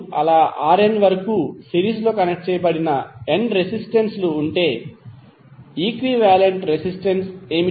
Rn వరకు series లో connect చేయబడిన n రెసిస్టెన్స్ లు ఉంటే ఈక్వివాలెంట్ రెసిస్టెన్స్ ఏమిటి